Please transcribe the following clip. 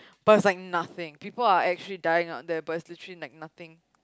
but it's like nothing people are actually dying out there but it's literally like nothing